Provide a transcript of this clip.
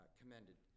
commended